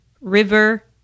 River